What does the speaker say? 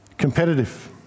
Competitive